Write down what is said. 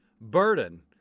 burden